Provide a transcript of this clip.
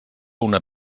una